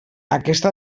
aquesta